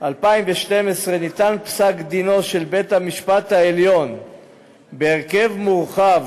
2012 ניתן פסק-דינו של בית-המשפט העליון בהרכב מורחב